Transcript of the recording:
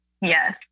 Yes